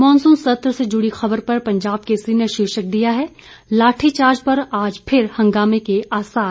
monsoon सत्र से जुड़ी खबर पर पंजाब केसरी ने शीर्षक दिया है लाठीचार्ज पर आज फिर हंगामे के आसार